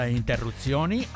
interruzioni